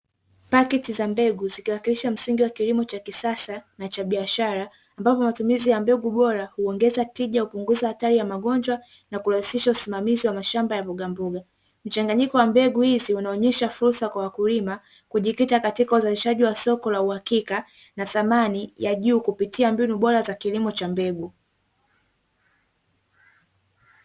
Pakiti za mbegu, zikiwakilisha msingi wa kilimo cha kisasa na cha biashara, ambapo matumizi ya mbegu bora huongeza tija, kupunguza hatari ya magonjwa na kurahisisha usimamizi wa mashamba ya mbogamboga. Mchanganyiko wa mbegu hizi unaonyesha fursa kwa wakulima kujikita katika uzalishaji wa soko la uhakika na thamani ya juu kupitia mbinu bora za kilimo cha mbegu.